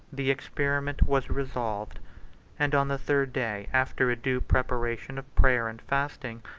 the experiment was resolved and on the third day after a due preparation of prayer and fasting,